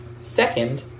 Second